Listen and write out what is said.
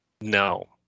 No